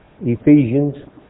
Ephesians